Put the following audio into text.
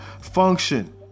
function